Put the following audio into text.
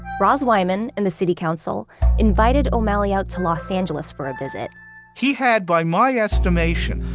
roz wyman and the city council invited o'malley out to los angeles for a visit he had, by my yeah estimation,